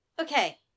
okay